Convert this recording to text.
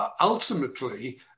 Ultimately